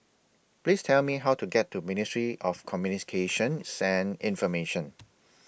Please Tell Me How to get to Ministry of Communications and Information